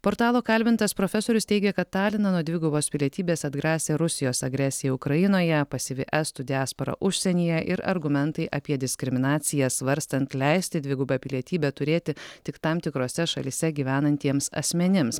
portalo kalbintas profesorius teigia kad taliną nuo dvigubos pilietybės atgrasė rusijos agresija ukrainoje pasyvi estų diaspora užsienyje ir argumentai apie diskriminaciją svarstant leisti dvigubą pilietybę turėti tik tam tikrose šalyse gyvenantiems asmenims